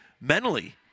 mentally